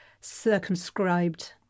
circumscribed